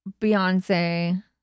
beyonce